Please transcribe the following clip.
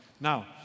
Now